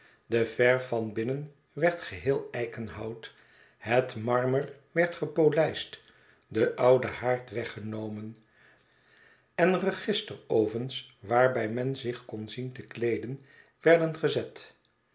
de verw van binnen werd geheel eikenhout het marmer werd gepolijst de oude haard weggenomen en registerovens waarbij men zich kon zien te kleeden werden gezet